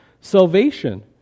salvation